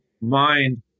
mind